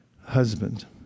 husband